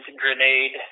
grenade